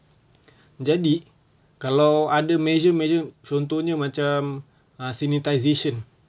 jadi kalau ada measure measure contohnya macam uh sanitisation